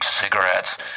cigarettes